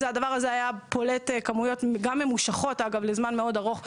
הדבר הזה היה פולט כמויות ממושכות לזמן מאוד ארוך,